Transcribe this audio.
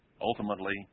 ultimately